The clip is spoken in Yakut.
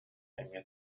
эмиэ